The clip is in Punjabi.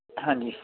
ਹਾਂਜੀ